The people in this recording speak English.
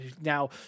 Now